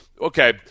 Okay